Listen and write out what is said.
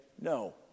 no